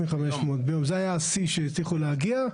השיא שהצליחו להגיע,